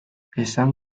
esan